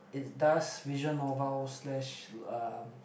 it does vision novel slash to um